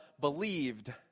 believed